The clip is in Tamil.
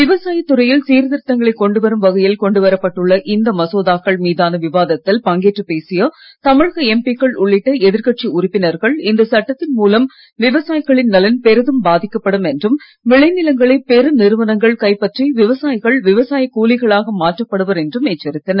விவசாயத் துறையில் சீர்திருத்தங்களை எதிர்ப்புக்கு இடையே கொண்டு வரும் வகையில் கொண்டு வரப்பட்டுள்ள இந்த மசோதாக்கள் மீதான விவாதத்தில் பங்கேற்று பேசிய தமிழக எம்பிக்கள் உள்ளிட்ட எதிர்கட்சி உறுப்பினர்கள் இந்த சட்டத்தின் மூலம் விவசாயிகளின் நலன் பெரிதும் பாதிக்கப்படும் என்றும் விளை நிலங்களை பெரு நிறுவனங்கள் கைப்பற்றி விவசாயிகள் விவசாயக் கூலிகளாக மாற்றப்படுவர் என்றும் எச்சரித்தனர்